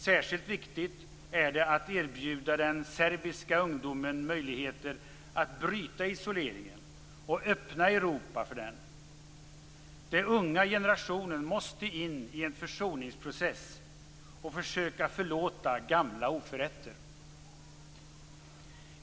Särskilt viktigt är det att erbjuda den serbiska ungdomen möjligheter att bryta isoleringen och öppna Europa för den. Den unga generationen måste in i en försoningsprocess och försöka förlåta gamla oförrätter.